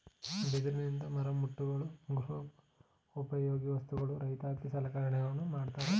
ಬಿದಿರಿನಿಂದ ಮರಮುಟ್ಟುಗಳು, ಗೃಹ ಉಪಯೋಗಿ ವಸ್ತುಗಳು, ರೈತಾಪಿ ಸಲಕರಣೆಗಳನ್ನು ಮಾಡತ್ತರೆ